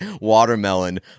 Watermelon